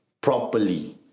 properly